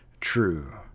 true